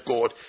God